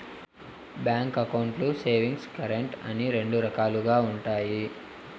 bank అకౌంట్లు savings, current అని రెండు రకాలుగా ఉంటాయి